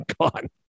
God